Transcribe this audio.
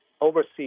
overseas